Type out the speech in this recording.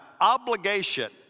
obligation